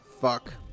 fuck